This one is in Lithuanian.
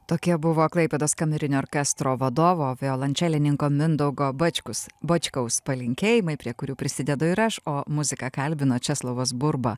tokie buvo klaipėdos kamerinio orkestro vadovo violončelininko mindaugo bačkus bočkaus palinkėjimai prie kurių prisidedu ir aš o muziką kalbino česlovas burba